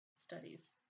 studies